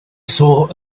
saw